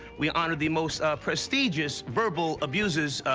we honor the most prestigious verbal abusers,